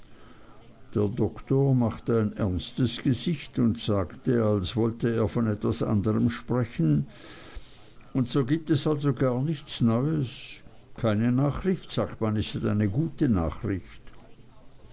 der doktor machte ein ernstes gesicht und sagte als wollte er von etwas anderm sprechen und so gibt es also gar nichts neues keine nachricht sagt man ist eine gute nachricht